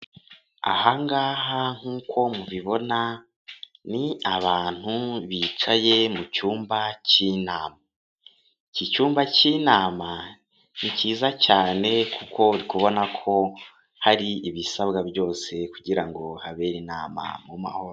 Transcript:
Aha ngaha nk'uko mubibona ni abantu bicaye mu cyumba cy'inama. Iki cyumba cy'inama ni cyiza cyane kuko urikubona ko hari ibisabwa byose kugira ngo habere inama mu mahoro.